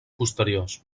posteriors